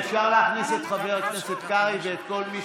חבר הכנסת קרעי, קריאה שלישית.